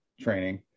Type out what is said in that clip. training